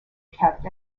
kept